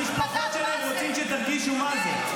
המשפחות שלהם רוצים שתרגישו מה זה.